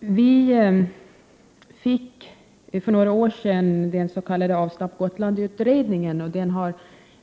Vi fick för några år sedan den s.k. Avstamp Gotland-utredningen. Den har